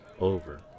over